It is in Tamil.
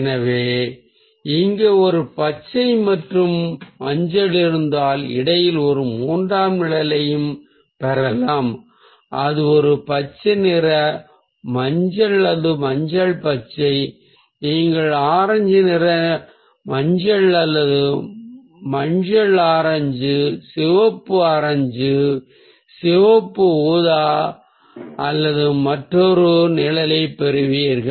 எனவே இங்கே ஒரு பச்சை மற்றும் மஞ்சள் இருந்தால் இடையில் ஒரு மூன்றாம் நிழலையும் பெறலாம் அது ஒரு பச்சை நிற மஞ்சள் அல்லது மஞ்சள் பச்சை ஆகும் நீங்கள் ஆரஞ்சு நிற மஞ்சள் அல்லது மஞ்சள் ஆரஞ்சு சிவப்பு ஆரஞ்சு சிவப்பு ஊதா அல்லது மற்றொரு நிழலைப் பெறுவீர்கள